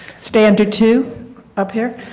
standard two up here?